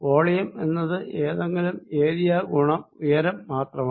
volume എന്നത് ഏതെങ്കിലും area ഗുണം ഉയരം മാത്രമാണ്